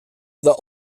the